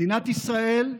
מדינת ישראל,